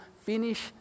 finish